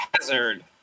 Hazard